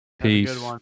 peace